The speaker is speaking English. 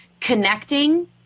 connecting